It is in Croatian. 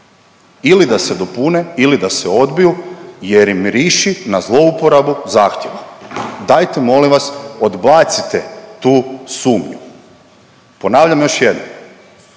ili da se dopune ili da se odbiju jer miriši na zlouporabu zahtjeva, dajte molim vas odbacite tu sumnju. Ponavljam još jednom,